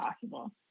possible